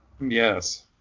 Yes